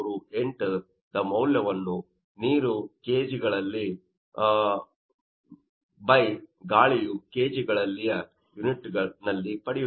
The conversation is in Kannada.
0238ದ ಮೌಲ್ಯವನ್ನು ನೀರು kg ಗಳಲ್ಲಿ ಗಾಳಿಯು kg ಗಳಲ್ಲಿಯ ಯೂನಿಟ್ ನಲ್ಲಿ ಪಡೆಯುತ್ತೇವೆ